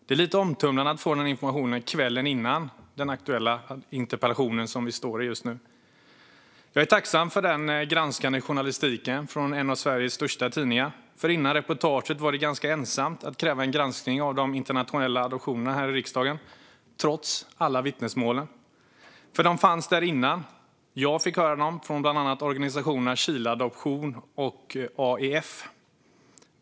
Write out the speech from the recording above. Det är lite omtumlande att få den informationen kvällen före den aktuella interpellationsdebatt som vi står i just nu. Men jag är tacksam för den granskande journalistiken från en av Sveriges största tidningar, för före reportaget var det ganska ensamt att här i riksdagen kräva en granskning av de internationella adoptionerna, trots alla vittnesmål som fanns där innan. Jag fick höra dem från bland annat organisationerna Chileadoption.se och AEF.